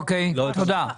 אוקיי, תודה.